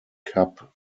cup